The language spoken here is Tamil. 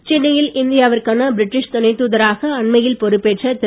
சந்திப்பு சென்னையில் இந்தியாவிற்கான பிரட்டீஷ் துணைத் துதராக அண்மையில் பொறுப்பேற்ற திரு